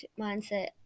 mindset